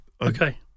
Okay